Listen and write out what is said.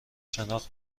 شناخت